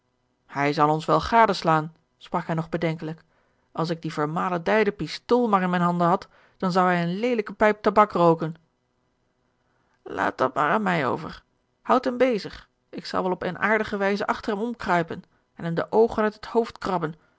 hij zal ons wel gadeslaan sprak hij nog bedenkelijk als ik die vermaledeide pistool maar in mijne handen had dan zou hij eene leelijke pijp tabak rooken laat dat maar aan mij over houd hem bezig ik zal wel op eene aardige wijze achter hem om kruipen en hem de oogen uit het hoofd krabben